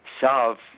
solve